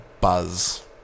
buzz